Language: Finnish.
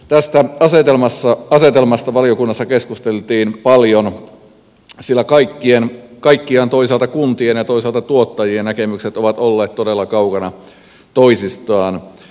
tästä asetelmasta valiokunnassa keskusteltiin paljon sillä kaikkiaan toisaalta kuntien ja toisaalta tuottajien näkemykset ovat olleet todella kaukana toisistaan